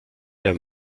der